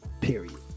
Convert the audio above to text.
Period